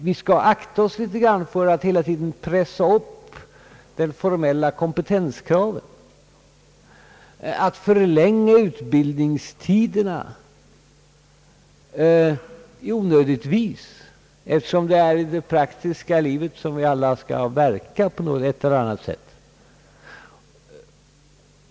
Vi skall akta oss för att hela tiden pressa upp de formella kompetenskraven, att förlänga utbildningstiderna onödigtvis, eftersom det är i det praktiska livet som vi alla skall verka på ett eller annat sätt.